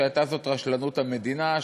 שהייתה זאת רשלנות המדינה,